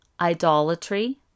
idolatry